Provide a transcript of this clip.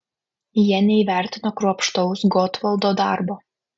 jie neįvertino kruopštaus gotvaldo darbo